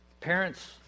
Parents